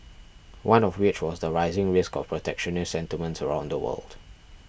one of which was the rising risk of protectionist sentiments around the world